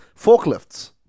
Forklifts